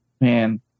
Man